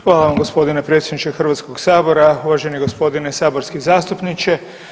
Hvala vam gospodine predsjedniče Hrvatskog sabora, uvaženi gospodine saborski zastupniče.